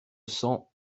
cents